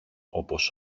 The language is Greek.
όπως